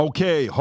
Okay